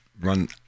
run